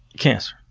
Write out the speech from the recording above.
cancer,